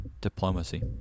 Diplomacy